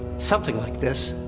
something like this,